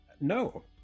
no